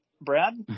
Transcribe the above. Brad